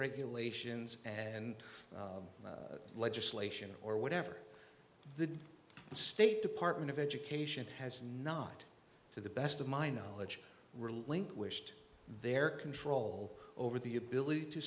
regulations and legislation or whatever the state department of education has not to the best of my knowledge relinquished their control over the ability to